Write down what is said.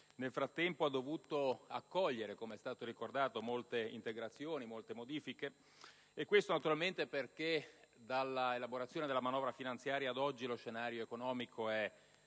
nel frattempo ha dovuto accogliere, come è stato ricordato, molte integrazioni e molte modifiche. Questo naturalmente perché dalla elaborazione della manovra finanziaria ad oggi lo scenario economico è